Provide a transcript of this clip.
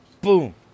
Boom